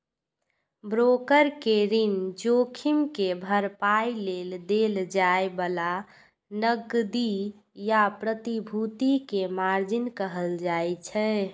broker कें ऋण जोखिम के भरपाइ लेल देल जाए बला नकदी या प्रतिभूति कें मार्जिन कहल जाइ छै